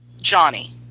Johnny